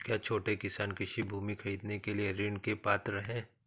क्या छोटे किसान कृषि भूमि खरीदने के लिए ऋण के पात्र हैं?